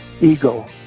Ego